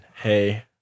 hey